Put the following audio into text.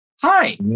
hi